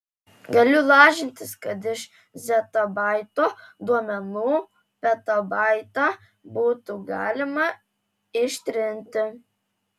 galiu lažintis kad iš zetabaito duomenų petabaitą būtų galima ištrinti